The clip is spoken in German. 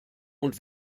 und